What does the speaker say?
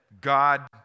God